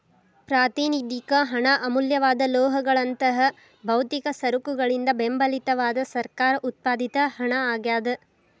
ಪ್ರಾತಿನಿಧಿಕ ಹಣ ಅಮೂಲ್ಯವಾದ ಲೋಹಗಳಂತಹ ಭೌತಿಕ ಸರಕುಗಳಿಂದ ಬೆಂಬಲಿತವಾದ ಸರ್ಕಾರ ಉತ್ಪಾದಿತ ಹಣ ಆಗ್ಯಾದ